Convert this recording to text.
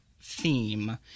theme